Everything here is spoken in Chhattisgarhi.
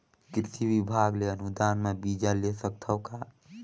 कृषि विभाग ले अनुदान म बीजा ले सकथव का?